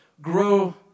grow